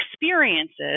experiences